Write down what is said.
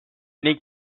ning